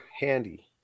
handy